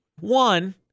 One